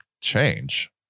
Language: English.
change